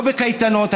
לא בקייטנות,